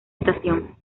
estación